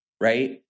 right